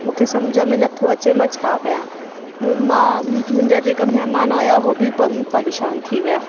मूंखे सम्झ में नथो अचे मां छा कयां मां मुंहिंजा जेका महिमान हुआ उहे बि पम परेशान थी विया